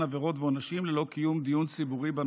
עבירות ועונשים ללא קיום דיון ציבורי בנושא.